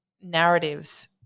narratives